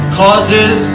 causes